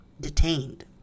detained